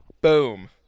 Boom